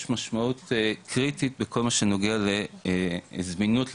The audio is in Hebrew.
משמעות קריטית בכל מה שנוגע לזמינות לטיפול,